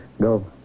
Go